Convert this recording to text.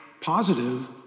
positive